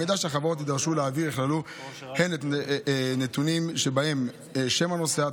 המידע שהחברות יידרשו להעביר יכלול הן נתונים שבהם שם הנוסע,